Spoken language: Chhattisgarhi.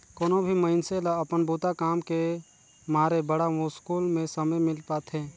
कोनो भी मइनसे ल अपन बूता काम के मारे बड़ा मुस्कुल में समे मिल पाथें